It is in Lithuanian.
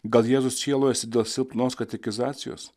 gal jėzus sielojasi dėl silpnos katekizacijos